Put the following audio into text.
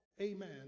amen